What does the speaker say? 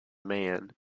man